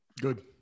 Good